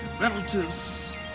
relatives